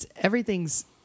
everything's